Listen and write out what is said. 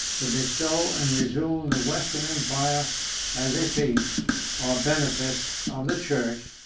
to bestow and resume the western empire as a fief or benefice of the church,